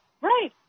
right